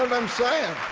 i'm saying?